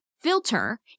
filter